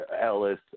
Ellis